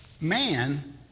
Man